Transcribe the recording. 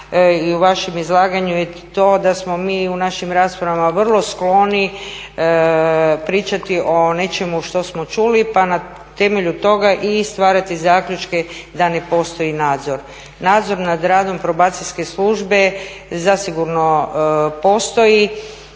i u vašem izlaganju je to da smo mi u našim raspravama vrlo skloni pričati o nečemu što smo čuli pa na temelju toga i stvarati zaključke da ne postoji nadzor. Nadzor nad radom Probacijske službe zasigurno postoji